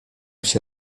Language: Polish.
się